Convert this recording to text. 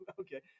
okay